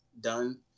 done